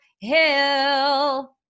Hill